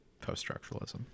post-structuralism